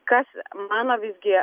kas mano visgi